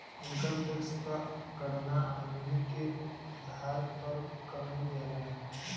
income tax क गणना आमदनी के आधार पर करल जाला